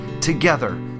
together